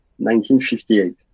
1958